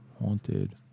Haunted